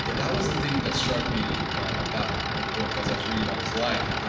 yeah that was the thing that struck me about the book as i was reading about his life.